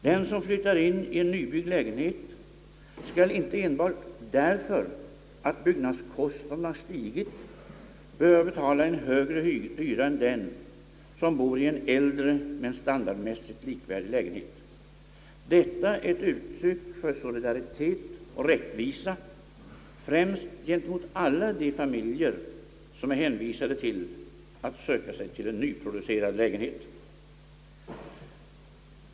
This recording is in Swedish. Den som flyttar in i en nybyggd lägenhet skall inte enbart därför att byggnadskostnaderna har stigit behöva betala en högre hyra än den som bor i en äldre men standardmässigt likvärdig lägenhet. Detta är ett uttryck för solidaritet och rättvisa främst gentemot alla de familjer, som är hänvisade till att söka sig en nyproducerad lägenhet.